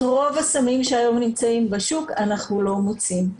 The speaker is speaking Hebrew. את רוב הסמים שהיום נמצאים בשוק, אנחנו לא מוצאים.